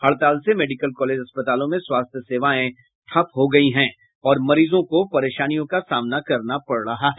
हड़ताल से medical college अस्पतालों में स्वास्थ्य सेवाएं ठप हो गयी है और मरीजों को परेशानियों का सामना करना पड़ रहा है